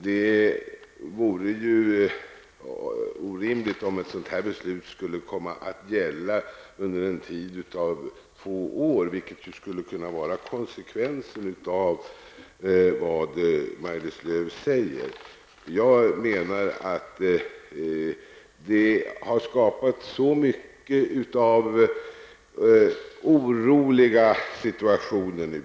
Det vore orimligt om ett beslut av den här typen skulle komma att gälla under en tid av två år, vilket ju kan bli konsekvensen av vad Maj-Lis Lööw sade. Detta beslut har bidragit till att ha skapat många oroliga situationer.